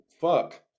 fuck